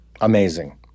Amazing